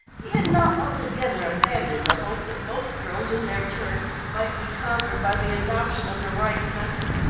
he had not altogether abandoned the hope that both girls in their turn might be conquered by the adoption of the right method.